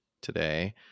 today